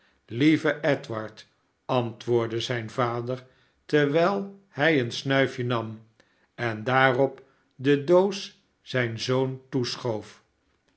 lieve edward antwoordde zijn vader terwijl hij een snuifje nam en daarop de doos zijn zoon